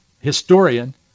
historian